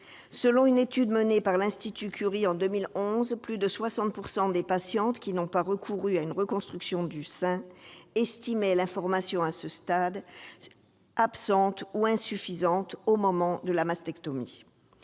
Selon une étude menée par l'Institut Curie en 2011, plus de 60 % des patientes qui n'ont pas recouru à une reconstruction du sein estimaient l'information à ce sujet absente ou insuffisante au moment de la mastectomie.